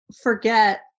forget